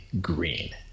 Green